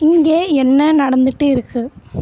இங்கே என்ன நடந்துகிட்டு இருக்குது